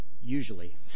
Usually